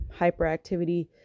hyperactivity